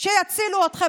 שיצילו אתכם,